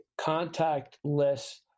contactless